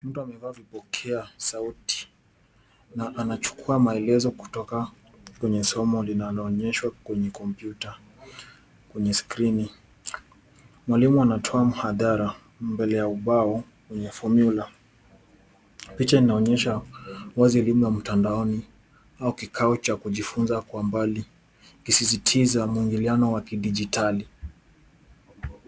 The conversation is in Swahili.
Mtu amevaa vipokea sauti na anachukua maelezo kutoka kwenye somo linaloonyeshwa kwenye kompyuta kwenye skrini. Mwalimu anatoa mhadhara mbele ya ubao wenye fomula. Picha inaonyesha wazi elimu ya mtandaoni au kikao cha kujifunza kwa mbali ikisisitiza mwingiliano wa kidigitali.